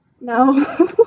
No